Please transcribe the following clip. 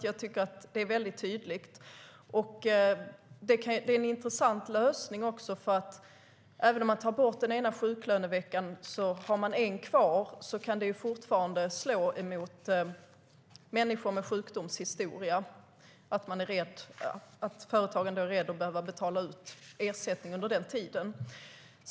Jag tycker är det är väldigt tydligt. Det är en intressant lösning. Även om man tar bort den ena sjuklöneveckan har man en kvar. Det kan fortfarande slå mot människor med sjukdomshistoria genom att företagen är rädda att behöva betala ut ersättning under den tiden.